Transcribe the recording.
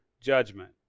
judgment